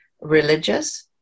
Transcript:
religious